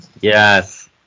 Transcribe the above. Yes